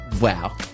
Wow